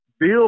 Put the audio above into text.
Bill